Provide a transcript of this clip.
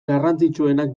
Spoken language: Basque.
garrantzitsuenak